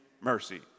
mercy